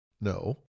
No